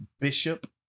Bishop